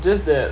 just that